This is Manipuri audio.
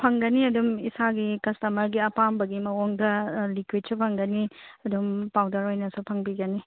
ꯐꯪꯒꯅꯤ ꯑꯗꯨꯝ ꯏꯁꯥꯒꯤ ꯀꯁꯇꯃꯔꯒꯤ ꯑꯄꯥꯝꯕꯒꯤ ꯃꯑꯣꯡꯗ ꯂꯤꯀ꯭ꯌꯤꯠꯁꯨ ꯐꯪꯒꯅꯤ ꯑꯗꯨꯝ ꯄꯥꯎꯗꯔ ꯑꯣꯏꯅꯁꯨ ꯐꯪꯕꯤꯒꯅꯤ